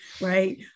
right